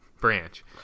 branch